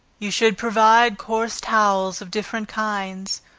you should provide coarse towels of different kinds,